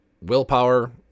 willpower